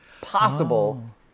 possible